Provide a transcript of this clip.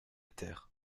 terre